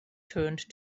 turned